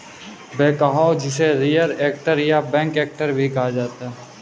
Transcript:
backhoe जिसे rear actor या back actor भी कहा जाता है